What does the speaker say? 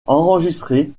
enregistrés